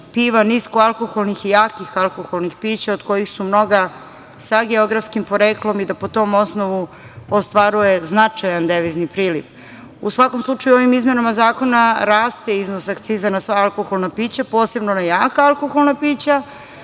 piva, nisko alkoholnih i jakih alkoholnih pića od kojih su mnoga sa geografskim poreklom i da po tom osnovu ostvaruje značajan devizni priliv.U svakom slučaju ovim izmenama zakona rast iznos akciza na sva alkoholna pića, posebno na jaka alkoholna pića,